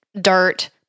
dirt